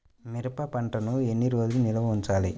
మిరప పంటను ఎన్ని రోజులు నిల్వ ఉంచాలి?